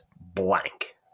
blank